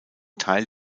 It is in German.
teil